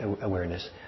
awareness